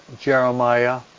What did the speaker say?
Jeremiah